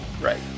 Right